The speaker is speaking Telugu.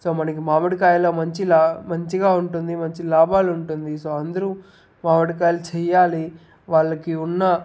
సో మనకి మామిడికాయలు మంచి మంచిగా ఉంటుంది మంచి లాభాలు ఉంటుంది అందరూ మావిడికాయలు చెయ్యాలి వాళ్ళకి ఉన్న